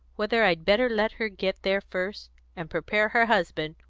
whether i'd better let her get there first and prepare her husband,